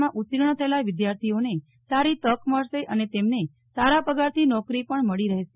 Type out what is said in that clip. માં ઉતીર્ણ થયેલા વિદ્યાર્થીઓને સારી તક મળશે અને તેમને સારા પગારથી નોકરી પણ મળી રહેશે